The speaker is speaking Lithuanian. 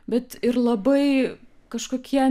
bet ir labai kažkokie